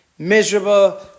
Miserable